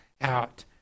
out